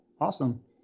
Awesome